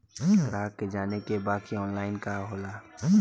ग्राहक के जाने के बा की ऑनलाइन का होला?